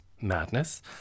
Madness